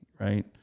Right